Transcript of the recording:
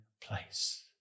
place